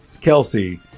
Kelsey